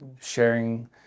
sharing